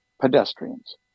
pedestrians